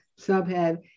subhead